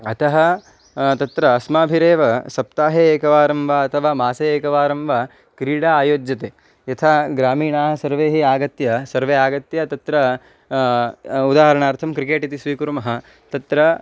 अतः तत्र अस्माभिरेव सप्ताहे एकवारं वा अथवा मासे एकवारं वा क्रीडा आयोज्यते यथा ग्रामीणाः सर्वैः आगत्य सर्वे आगत्य तत्र उदाहरणार्थं क्रिकेट् इति स्वीकुर्मः तत्र